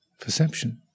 perception